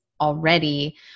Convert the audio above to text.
already